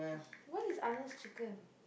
what is Arnold's Chicken